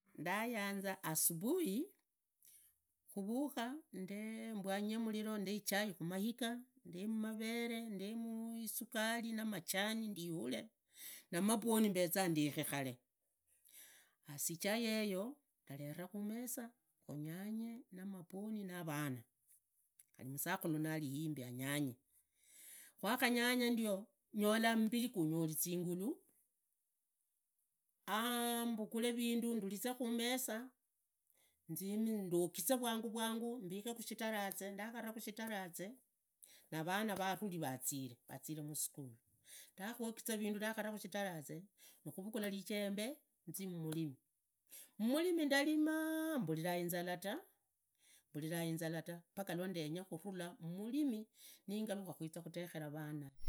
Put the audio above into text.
Ndayanza asubuhi khuvukha mbwane muliro ndee ichai khumaiga ndemu marere, ndemu isukari numaehani ndihule na mabwoni mbeza mbikhi khale has ichai yego ndareta khumesa khunyanye na mabwoni na vana khari musakhulu nuri himbi anyanye kwakanyanya ndio nyola mbiri guri nizingula aaa mbugula vindu ndurize khumesa ndogize vwangu vuwangu mbikhe mushitaraza ndakharaa mushitaraza na vana varuri vazire musukhulu, ndakhaogiza vindu ndakharaa mukitaraze. Ni khuvugula vijembe nzi mumurima mumunimu ndarimaa mburira inzala ta paka lwandenya kwavula mumurimi ningalukha kwiza kutekhera vana.